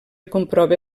comprova